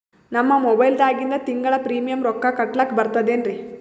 ನಮ್ಮ ಮೊಬೈಲದಾಗಿಂದ ತಿಂಗಳ ಪ್ರೀಮಿಯಂ ರೊಕ್ಕ ಕಟ್ಲಕ್ಕ ಬರ್ತದೇನ್ರಿ?